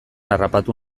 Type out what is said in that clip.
harrapatu